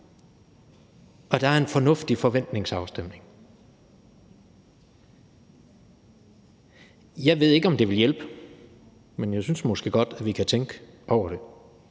så der er en fornuftig forventningsafstemning. Jeg ved ikke, om det vil hjælpe, men jeg synes måske godt, at vi kan tænke over det.